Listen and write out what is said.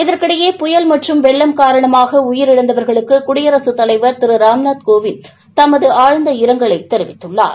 இதற்கிடையே புயல் மற்றும் வெள்ளம் காரணமாக உயிரிழந்தவர்களுக்கு குடியரசுத் தலைவர் திரு ராம்நாத் கோவிந்த் ஆழ்ந்த இரங்கலை தெரிவித்துள்ளார்